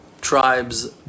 tribes